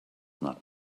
not